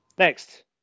Next